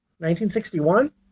1961